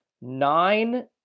Nine